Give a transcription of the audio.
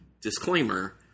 disclaimer